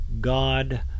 God